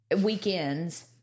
Weekends